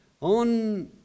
on